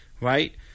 right